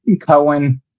Cohen